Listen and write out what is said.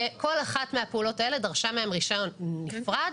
כל אחת מהפעולות האלה דרשה מהם רישיון נפרד.